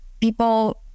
people